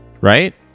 right